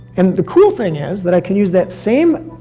and the cool thing is that i can use that same